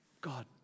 God